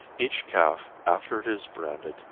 each calf after it is branded,